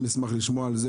אשמח לשמוע גם על זה,